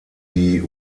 die